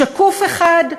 שקוף אחד,